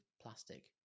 plastic